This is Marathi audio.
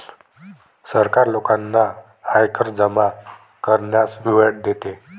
सरकार लोकांना आयकर जमा करण्यास वेळ देते